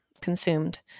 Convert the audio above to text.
consumed